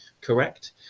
correct